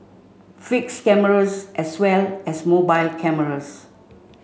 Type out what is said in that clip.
fixed cameras as well as mobile cameras